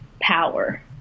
power